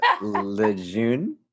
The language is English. Lejeune